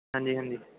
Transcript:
ਹਾਂਜੀ ਹਾਂਜੀ